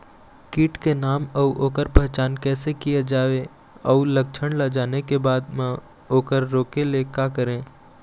कीट के नाम अउ ओकर पहचान कैसे किया जावे अउ लक्षण ला जाने के बाद मा ओकर रोके ले का करें?